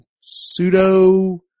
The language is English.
pseudo